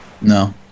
No